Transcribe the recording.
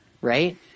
right